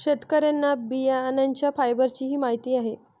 शेतकऱ्यांना बियाण्यांच्या फायबरचीही माहिती आहे